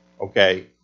Okay